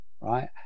Right